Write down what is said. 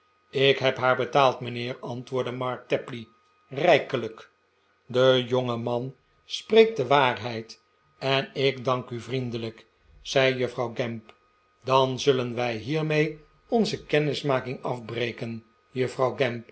ik heb haar betaald mijnheer antwoordde mark tapley rijkelijk de jongeman spreekt de waarheid en ik dank u vriendelijk zei juffrouw gamp dan zullen wij hiermee onze kennismaking afbreken juffrouw